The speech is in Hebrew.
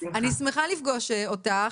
אני שמחה לפגוש אותך,